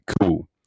cool